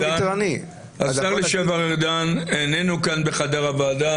השר לשעבר ארדן איננו כאן בחדר הוועדה.